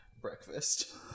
Breakfast